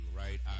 right